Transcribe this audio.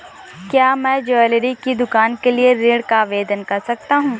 क्या मैं ज्वैलरी की दुकान के लिए ऋण का आवेदन कर सकता हूँ?